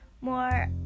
more